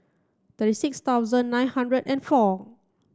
thirty six thousand nine hundred and four